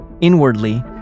Inwardly